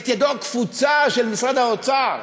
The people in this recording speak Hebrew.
את ידו הקפוצה של משרד האוצר,